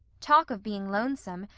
talk of being lonesome!